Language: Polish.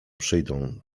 przyjdą